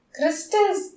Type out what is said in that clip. crystals